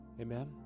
Amen